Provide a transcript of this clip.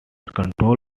control